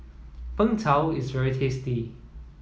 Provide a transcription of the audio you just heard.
Png Tao is very tasty